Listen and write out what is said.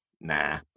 nah